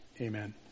Amen